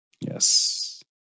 Yes